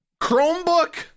Chromebook